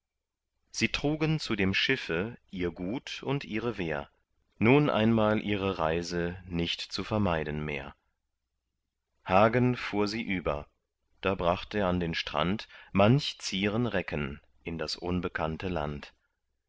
sie trugen zu dem schiffe ihr gut und ihre wehr nun einmal ihre reise nicht zu vermeiden mehr hagen fuhr sie über da bracht er an den strand manchen zieren recken in das unbekannte land